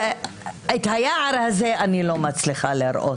את היער הזה אני לא מצליחה לראות,